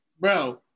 Bro